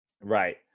Right